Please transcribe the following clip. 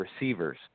receivers